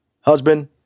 Husband